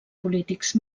polítics